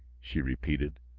she repeated,